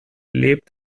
lebt